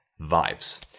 Vibes